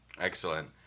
Excellent